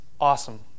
awesome